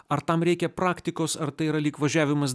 ar tam reikia praktikos ar tai yra lyg važiavimas